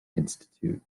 institute